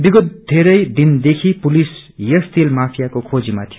विगत धेरै दिनदेखि पुलिस यस तेल माफियाको खोजीमा थियो